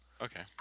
Okay